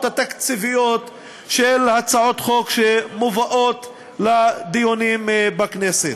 התקציביות של הצעות חוק שמובאות לדיונים בכנסת.